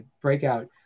breakout